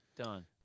Done